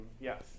yes